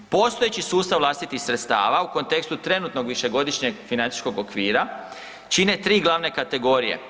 Postojeći sustav vlastitih sredstava u kontekstu trenutnog višegodišnjeg financijskog okvira čine tri glavne kategorije.